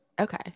okay